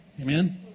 Amen